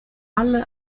alle